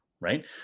right